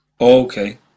okay